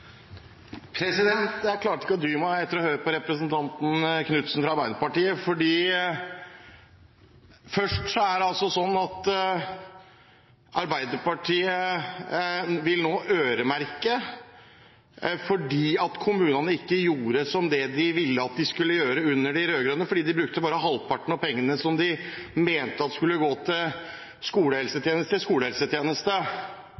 om. Jeg klarte ikke å dy meg etter å ha hørt på representanten Knutsen fra Arbeiderpartiet. Først er det altså sånn at Arbeiderpartiet nå vil øremerke fordi kommunene ikke gjorde slik de ville at de skulle gjøre under de rød-grønne, fordi de brukte bare halvparten av pengene som de rød-grønne mente skulle gå til